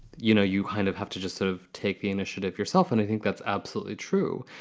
you know, you kind of have to just sort of take the initiative yourself. and i think that's absolutely true.